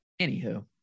anywho